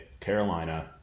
Carolina—